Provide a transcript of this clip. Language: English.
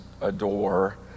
adore